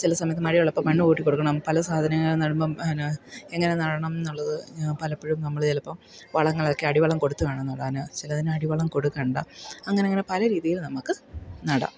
ചില സമയത്ത് മഴയുള്ളപ്പം മണ്ണു കൂട്ടി കൊടുക്കണം പല സാധനങ്ങൾ നടുമ്പം പിന്നെ എങ്ങനെ നടണമെന്നുള്ളത് പലപ്പോഴും നമ്മൾ ചിലപ്പം വളങ്ങളൊക്കെ അടിവളം കൊടുത്തു വേണം നടാൻ ചിലതിനടിവളം കൊടുക്കേണ്ട അങ്ങനങ്ങനെ പല രീതിയിൽ നമുക്ക് നടാം